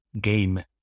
game